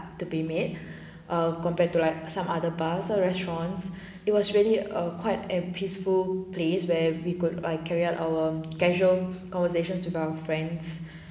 to be made ah compared to like some other bus or restaurants it was really a quiet and peaceful place where we could like carry out our casual conversations with our friends